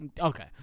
Okay